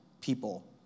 people